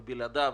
ובלעדיו,